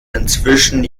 inzwischen